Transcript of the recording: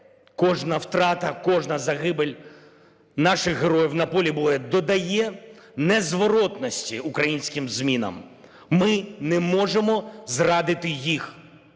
кожна втрата, кожна загибель наших герої на полі бою додає незворотності українським змінам. Ми не можемо зрадити їх.